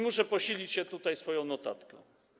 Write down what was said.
Muszę posilić się tutaj swoją notatką.